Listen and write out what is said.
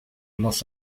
los